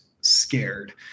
scared